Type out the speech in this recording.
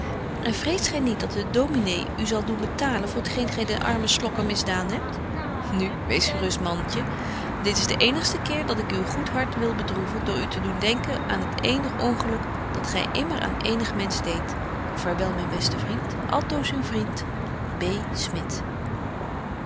en vreest gy niet dat de dominé u zal doen betalen voor t geen gy den armen slokker misdaan hebt nu wees gerust mantje dit is de eenigste keer dat ik uw goed hart wil bedroeven door u te doen denken aan het eenig ongelyk dat gy immer aan eenig mensch deedt vaarwel myn beste vriend altoos uw vriend